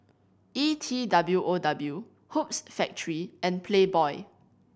E T W O W Hoops Factory and Playboy